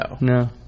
No